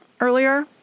earlier